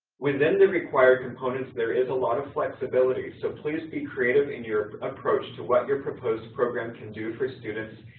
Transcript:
within the required components there is a lot of flexibility, so please be creative in your approach to what your proposed program can do for students,